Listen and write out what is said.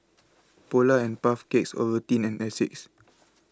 Polar and Puff Cakes Ovaltine and Asics